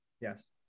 Yes